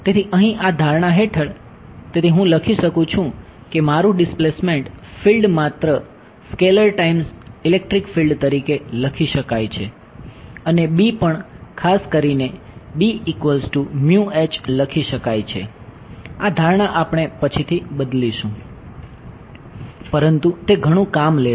તેથી અહીં આ ધારણા હેઠળ તેથી હું લખી શકું છું કે મારું ડિસ્પ્લેસમેન્ટ ફીલ્ડ માત્ર સ્કેલર ટાઇમ્સ ઇલેક્ટ્રિક ફિલ્ડ તરીકે લખી શકાય છે અને B પણ ખાસ કરીને લખી શકાય છે આ ધારણા આપણે પછીથી બદલીશું પરંતુ તે ઘણું કામ લે છે